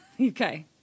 Okay